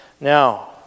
Now